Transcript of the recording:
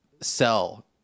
sell